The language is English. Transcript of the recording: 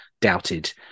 doubted